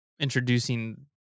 introducing